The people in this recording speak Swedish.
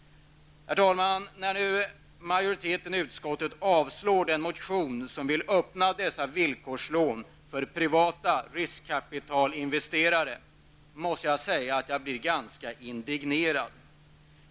Herr talman! När majoriteten i utskottet nu avslår den motion som vill öppna dessa villkorslån för privata riskkapitalinvesterare, måste jag säga att jag blir ganska indignerad.